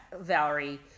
Valerie